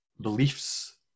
beliefs